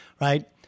right